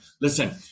Listen